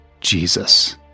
Jesus